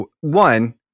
one